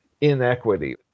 inequity